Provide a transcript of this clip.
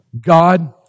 God